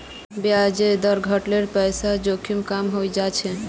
ब्याजेर दर घट ल पैसार जोखिम कम हइ जा छेक